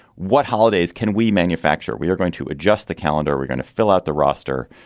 what holidays can we manufacture? we are going to adjust the calendar. we're going to fill out the roster.